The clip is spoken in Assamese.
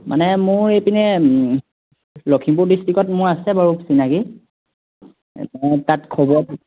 মানে মোৰ এইপিনে লখিমপুৰ ডিষ্ট্ৰিকত মোৰ আছে বাৰু চিনাকি তাত খবৰ